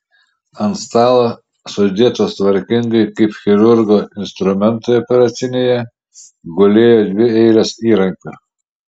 ant stalo sudėtos tvarkingai kaip chirurgo instrumentai operacinėje gulėjo dvi eilės įrankių